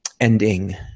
ending